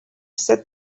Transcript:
said